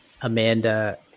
Amanda